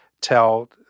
tell